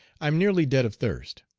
i'm nearly dead of thirst.